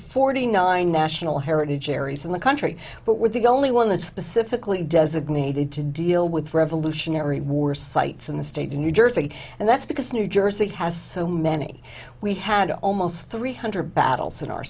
forty nine national heritage areas and the country but we're the only one that specifically designated to deal with revolutionary war sites in the state of new jersey and that's because new jersey has so many we had almost three hundred battles in our